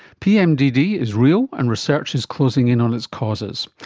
pmdd is real and research is closing in on its causes.